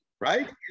right